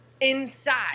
inside